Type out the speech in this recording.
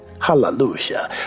Hallelujah